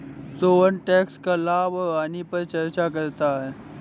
Sohan tax का लाभ और हानि पर चर्चा करता है